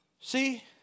See